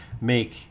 make